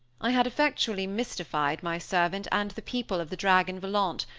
i had effectually mystified my servant and the people of the dragon volant,